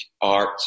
art